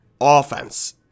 offense